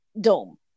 dome